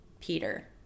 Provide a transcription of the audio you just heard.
Peter